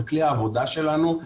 זה כלי העבודה שלנו,